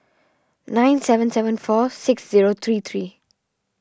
nine seven seven four six zero three three